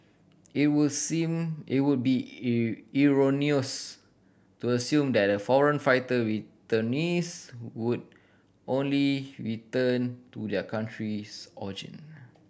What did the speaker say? it will seem it would be erroneous to assume that foreign fighter returnees would only return to their countries